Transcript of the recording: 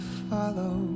follow